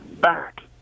back